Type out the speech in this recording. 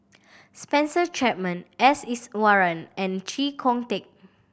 Spencer Chapman S Iswaran and Chee Kong Tet